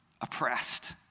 oppressed